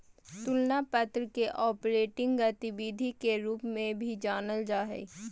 तुलना पत्र के ऑपरेटिंग गतिविधि के रूप में भी जानल जा हइ